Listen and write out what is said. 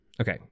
Okay